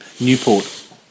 Newport